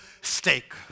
steak